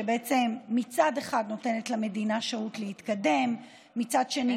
שבעצם מצד אחד נותנת למדינה שהות להתקדם ומצד שני